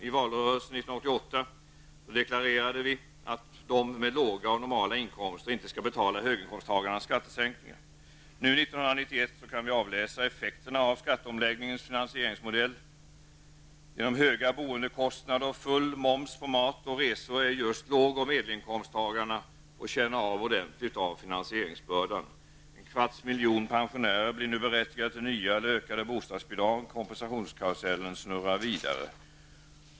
I valrörelsen 1988 deklarerade vi i centern att de med låga och normala inkomster inte skall betala höginkomsttagarnas skattesänkningar. Nu 1991 kan vi avläsa effekterna av skatteomläggningens finansieringsmodell. Genom höga boendekostnader och full moms på mat och resor är det just låg och medelinkomsttagarna som ordentligt får känna av finansieringsbördan. En kvarts miljon pensionärer blir nu berättigade till nya eller ökade bostadsbidrag. Kompensationskarusellen snurrar vidare.